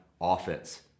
offense